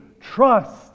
trust